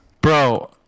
Bro